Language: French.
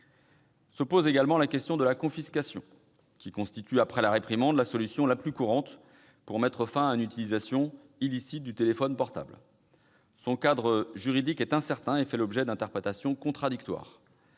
Se pose également la question de la confiscation, qui constitue, après la réprimande, la solution la plus courante pour mettre fin à une utilisation illicite du téléphone portable. Son cadre juridique est incertain et fait l'objet d'interprétations contradictoires.